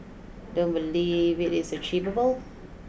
don't believe it is achievable